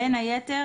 בין היתר,